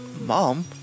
mom